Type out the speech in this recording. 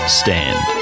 stand